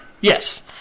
yes